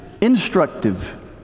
instructive